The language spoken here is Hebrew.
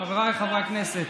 חבריי חברי הכנסת,